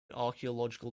archaeological